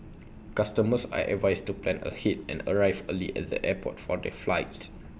customers are advised to plan ahead and arrive early at the airport for their flights